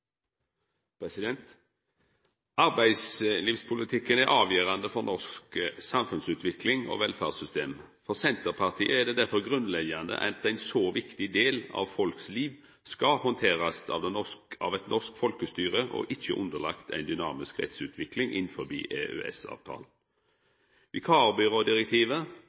vikarbyrådirektivet. Arbeidslivspolitikken er avgjerande for norsk samfunnsutvikling og velferdssystem. For Senterpartiet er det derfor grunnleggjande at ein så viktig del av folk sine liv skal bli handtert av norsk folkestyre og ikkje underlagd ei dynamisk rettsutvikling